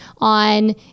on